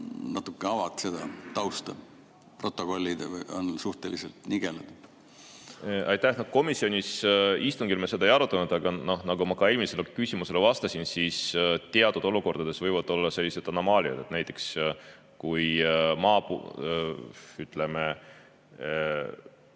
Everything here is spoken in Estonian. Natuke ava seda tausta, protokollid on suhteliselt nigelad. Aitäh! Komisjoni istungil me seda ei arutanud, aga nagu ma eelmisele küsimusele vastasin, siis teatud olukordades võivad olla sellised anomaaliad. Näiteks kui maatükil